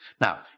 Now